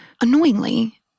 annoyingly